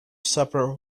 supper